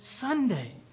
Sunday